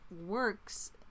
works